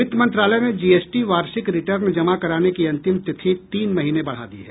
वित्त मंत्रालय ने जीएसटी वार्षिक रिटर्न जमा कराने की अंतिम तिथि तीन महीने बढ़ा दी है